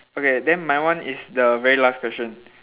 okay then my one is the very last question